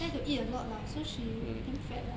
like to eat a lot lah so she damn fat lah